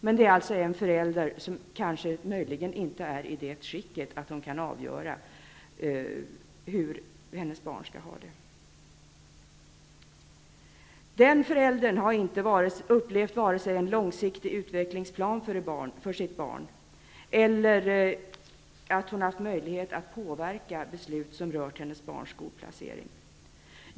Det handlar alltså om en förälder som möjligen inte är i det skicket att hon kan avgöra hur hennes barn skall ha det. Den föräldern har varken upplevt en långsiktig utvecklingsplan för sitt barn eller haft möjlighet att påverka beslut som rört hennes barns skolplacering.